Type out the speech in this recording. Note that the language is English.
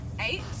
Eight